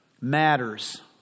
matters